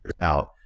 out